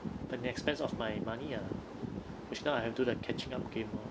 but the expense of my money ah which now I have to do the catching up game lor